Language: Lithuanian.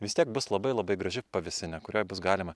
vis tiek bus labai labai graži pavėsinė kurioj bus galima